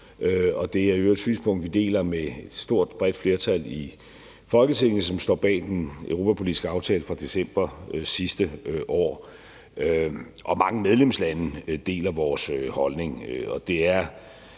Det er i øvrigt et synspunkt, vi deler med et stort, bredt flertal i Folketinget, som står bag den europapolitiske aftale fra december sidste år, og mange medlemslande deler vores holdning.